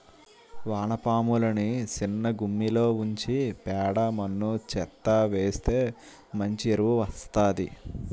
వానపాములని సిన్నగుమ్మిలో ఉంచి పేడ మన్ను చెత్తా వేస్తె మంచి ఎరువు వస్తాది